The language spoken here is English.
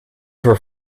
for